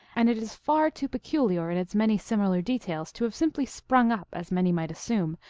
and it is far too peculiar in its many similar details to have simply sprung up, as many might assume,